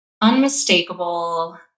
unmistakable